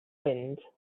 wind